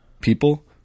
people